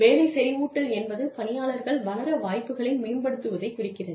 வேலை செறிவூட்டல் என்பது பணியாளர்கள் வளர வாய்ப்புகளை மேம்படுத்துவதைக் குறிக்கிறது